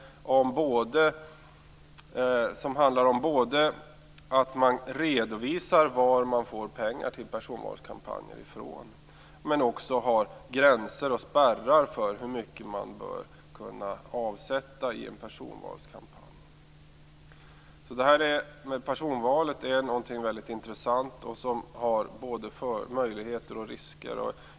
Dessa regler skall handla både om att man redovisar var man får pengar till personvalskampanjer ifrån och att det finns gränser och spärrar för hur mycket man bör kunna avsätta i en personvalskampanj. Det här med personvalet är alltså väldigt intressant. Det finns både möjligheter och risker.